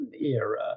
era